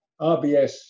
RBS